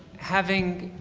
having,